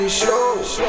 show